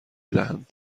دهند